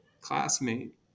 classmate